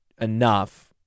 enough